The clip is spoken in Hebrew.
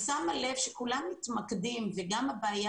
שיטת הניהול שכרגע נמצאת בסוג